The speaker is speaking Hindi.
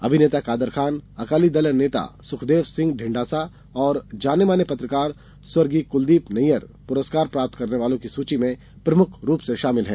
अभिनेता कादर खान अकाली दल नेता सुखदेव सिंह ढींढसा और जानेमाने पत्रकार स्वंर्गीय कुलदीप नैय्यर पुरस्कार प्राप्त करने वालों की सूची में प्रमुख रूप से शामिल हैं